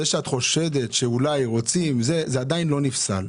זה שאת חושדת שאולי רוצים לפסול אותה היא עדיין לא נפסלה.